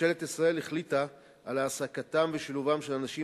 ממשלת ישראל החליטה על העסקתם ושילובם של אנשים